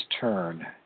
turn